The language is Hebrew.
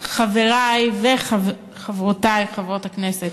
חברי וחברותי חברות הכנסת,